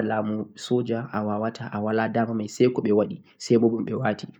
damaɗo